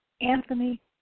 Anthony